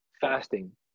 Fasting